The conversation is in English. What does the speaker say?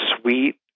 sweet